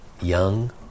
Young